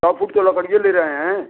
सौ फुट के लकअड़ीये ले रहे हैं